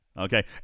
okay